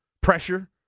pressure